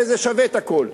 וזה שווה את הכול.